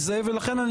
לכן,